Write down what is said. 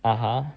(uh huh)